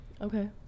Okay